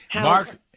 Mark